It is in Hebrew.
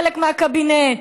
חלק מהקבינט.